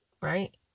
right